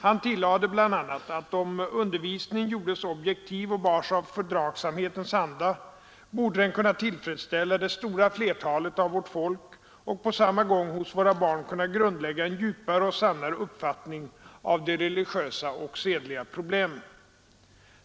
Han tillade bl.a. att om undervisningen gjordes objektiv och bars av fördragsamhetens anda, borde den kunna tillfredsställa det stora flertalet av vårt folk och på samma gång hos våra barn kunna grundlägga en djupare och sannare uppfattning av de religiösa och sedliga problemen.